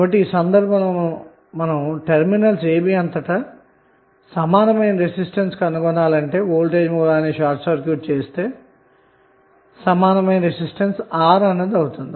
కాబట్టి ఈ సందర్భంలో మనం వోల్టేజ్ సోర్స్ ని షార్ట్ సర్క్యూట్ చేసి టెర్మినల్స్ ab అంతటా ఈక్వివలెంట్ రెసిస్టెన్స్ కనుగొంటే దాని విలువ R అవుతుంది